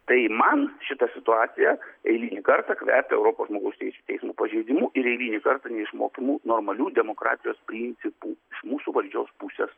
tai man šita situacija eilinį kartą kvepia europos žmogaus teisių teismų pažeidimu ir eilinį kartą neišmokymų normalių demokratijos principų mūsų valdžios pusės